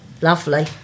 Lovely